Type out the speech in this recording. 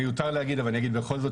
מיותר להגיד אבל אני אגיד בכל זאת,